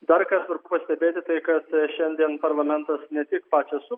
dar ką svarbu pastebėti tai kad šiandien parlamentas ne tik pačią sumą